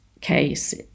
case